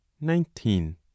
nineteen